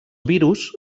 virus